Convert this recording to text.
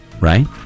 right